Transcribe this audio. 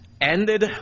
ended